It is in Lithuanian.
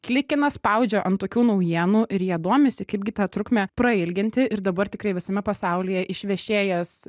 klikina spaudžia ant tokių naujienų ir jie domisi kaip gi tą trukmę prailginti ir dabar tikrai visame pasaulyje išvešėjęs